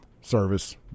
service